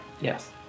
Yes